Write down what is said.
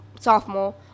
sophomore